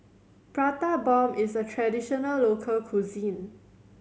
Prata Bomb is a traditional local cuisine